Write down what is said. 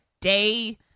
day